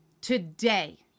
today